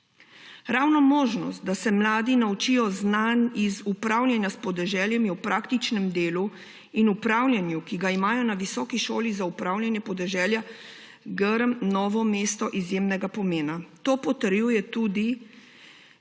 Ravno možnost, da se mladi naučijo znanj iz upravljanja s podeželjem, je v praktičnem delu in upravljanju, ki ga imajo na Visoki šoli za upravljanje podeželja Grm Novo mesto, izjemnega pomena. To potrjuje tudi